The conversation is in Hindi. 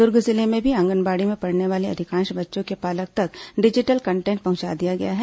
दुर्ग जिले में भी आंगनबाड़ी में पढ़ने वाले अधिकांश बच्चों के पालक तक डिजिटल कंटेट पहुंचा दिया गया है